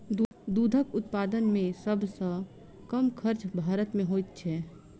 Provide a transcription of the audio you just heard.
दूधक उत्पादन मे सभ सॅ कम खर्च भारत मे होइत छै